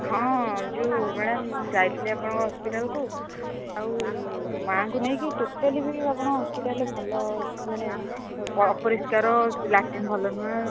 ହଁ ଯେଉଁ ମ୍ୟାଡ଼ାମ୍ ମୁଁ ଯାଇଥିଲି ଆପଣଙ୍କ ହସ୍ପିଟାଲକୁ ଆଉ ମା'ଙ୍କୁ ନେଇକି ଟୋଟାଲି ବି ଆପଣଙ୍କ ହସ୍ପିଟାଲରେ ଭଲ ମାନେ ଅପରିଷ୍କାର ଲାଟ୍ରିନ୍ ଭଲ ନୁହେଁ